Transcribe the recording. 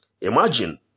Imagine